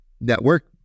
network